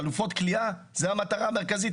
חלופות כליאה זו המטרה המרכזית?